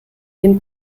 den